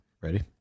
Ready